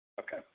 Okay